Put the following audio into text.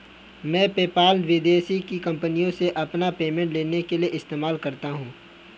मैं पेपाल विदेश की कंपनीयों से अपना पेमेंट लेने के लिए इस्तेमाल करता हूँ